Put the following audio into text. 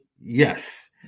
yes